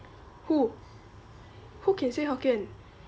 who who can say hokkien